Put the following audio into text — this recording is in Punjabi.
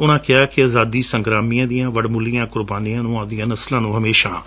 ਉਨੂਂ ਕਿਹਾ ਕਿ ਅਜਾਦੀ ਸੰਗਰਾਮੀਆਂ ਦੀਆਂ ਵਡਮੁੱਲੀਆਂ ਕੁਰਬਾਨੀਆਂ ਨੂੰ ਆਉਦੀਆਂ ਨਸਲਾਂ ਨੂੰ ਹਮੇਸ਼ਾ